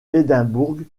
édimbourg